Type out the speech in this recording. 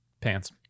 Pants